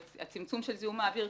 ואת הצמצום של זיהום האוויר,